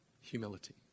Humility